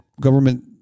government